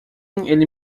ele